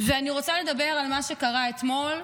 אני רוצה לדבר על מה שקרה אתמול,